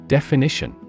Definition